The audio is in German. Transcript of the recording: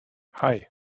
hei